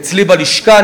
אצלי בלשכה,